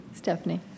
Stephanie